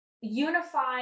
unified